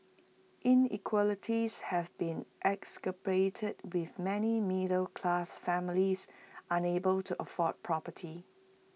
inequalities have been exacerbated with many middle class families unable to afford property